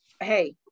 Hey